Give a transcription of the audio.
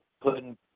putting